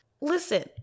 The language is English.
listen